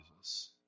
Jesus